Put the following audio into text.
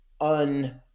un